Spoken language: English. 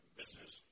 business